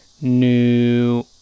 New